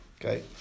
okay